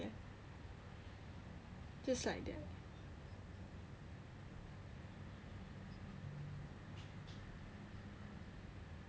it's like that